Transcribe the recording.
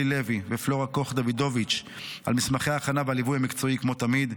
שלי לוי ופלורה קוך דוידוביץ' על מסמכי ההכנה והליווי המקצועי כמו תמיד,